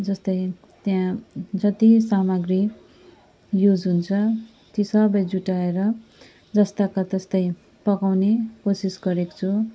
जस्तै त्यहाँ जति सामग्री युज हुन्छ ती सबै जुटाएर जस्ताको त्यस्तै पकाउने कोसिस गरेको छु